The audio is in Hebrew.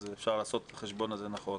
אז אפשר לעשות את החשבון הזה נכון,